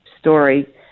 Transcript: story